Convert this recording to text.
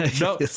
No